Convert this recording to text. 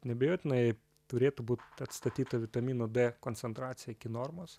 neabejotinai turėtų būt atstatyta vitamino d koncentracija iki normos